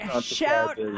Shout